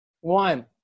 one